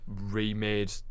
remade